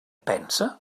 pensa